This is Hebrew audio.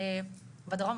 בדרום,